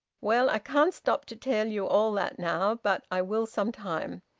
well, i can't stop to tell you all that now. but i will some time.